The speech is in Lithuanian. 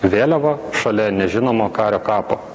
vėliavą šalia nežinomo kario kapo